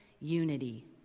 unity